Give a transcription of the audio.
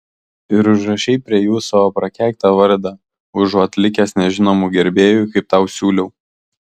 ir užrašei prie jų savo prakeiktą vardą užuot likęs nežinomu gerbėju kaip tau siūliau